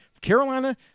Carolina